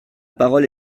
parole